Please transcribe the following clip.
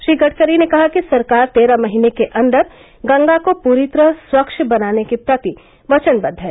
श्री गड़करी ने कहा कि सरकार तेरह महीने के अन्दर गंगा को पूरी तरह स्वच्छ बनाने के प्रति वचनबद्व है